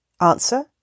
Answer